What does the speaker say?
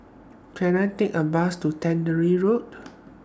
Can I Take A Bus to Tannery Road